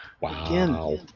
Wow